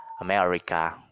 America